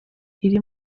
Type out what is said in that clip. iri